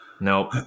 Nope